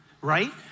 right